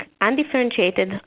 undifferentiated